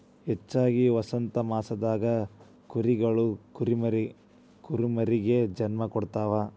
ಹೆಚ್ಚಾಗಿ ವಸಂತಮಾಸದಾಗ ಕುರಿಗಳು ಕುರಿಮರಿಗೆ ಜನ್ಮ ಕೊಡ್ತಾವ